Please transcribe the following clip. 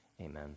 Amen